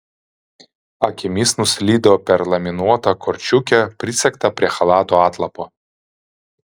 akimis nuslydo per laminuotą korčiukę prisegtą prie chalato atlapo